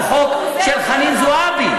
הוא חוק של חנין זועבי.